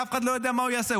שאף אחד לא יודע מה הוא יעשה.